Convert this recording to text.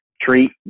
treat